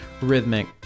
rhythmic